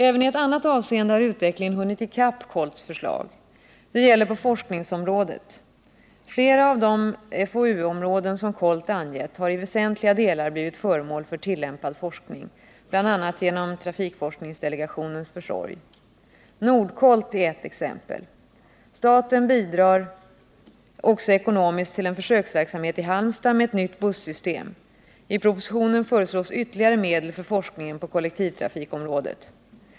Även i ett annat avseende har utvecklingen hunnit i kapp KOLT:s förslag, och det gäller forskningsområdet. Flera av de FoU-områden som KOLT angett har i väsentliga delar blivit föremål för tillämpad forskning, bl.a. genom trafikforskningsdelegationens försorg. NORDKOLT är ett exempel. Staten bidrar också ekonomiskt till en försöksverksamhet i Halmstad med ett nytt bussystem. I propositionen föreslås ytterligare medel för forskningen på kollektivtrafikområdet.